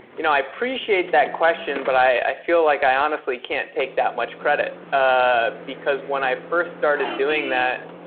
you know, i appreciate that question, but i feel like i honestly can't take that much credit, ah because when i first started doing that,